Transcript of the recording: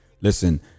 Listen